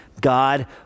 God